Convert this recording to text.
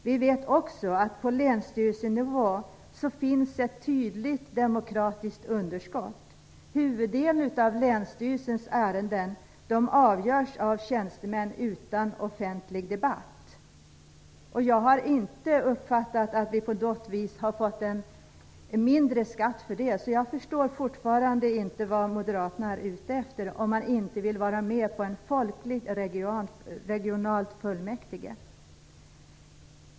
Vi vet också att det på länsstyrelsenivå finns ett tydligt demokratiskt underskott. Huvuddelen av länsstyrelsens ärenden avgörs av tjänstemän, utan offentlig debatt. Jag har inte uppfattat att vi på något vis har fått en lägre skatt för det, så jag förstår fortfarande inte vad moderaterna är ute efter om man inte vill vara med om att inrätta ett folkligt regionalt fullmäktige.